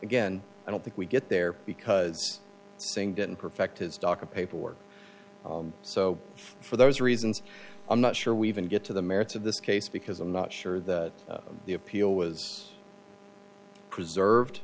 again i don't think we get there because seeing good and perfect his doctor paperwork so for those reasons i'm not sure we even get to the merits of this case because i'm not sure that the appeal was preserved